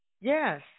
yes